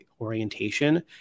orientation